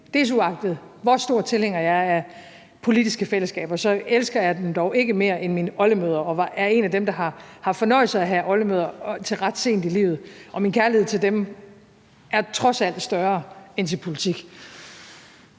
desuagtet hvor stor tilhænger jeg er af politiske fællesskaber, elsker jeg dem dog ikke mere end mine oldemødre. Og jeg er en af dem, der har haft fornøjelse af at have haft oldemødre til ret sent i livet, og min kærlighed til dem er trods alt større end til politik.